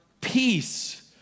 peace